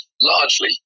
largely